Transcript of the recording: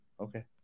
Okay